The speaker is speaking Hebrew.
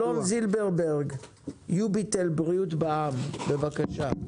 אלון זילברברג, יוביטל בריאות בע"מ בבקשה.